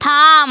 থাম